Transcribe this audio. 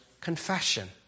confession